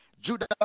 judah